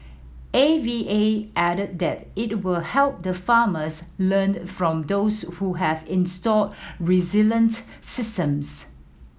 A V A added that it will help the farmers learned from those who have installed resilient systems